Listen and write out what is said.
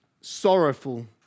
sorrowful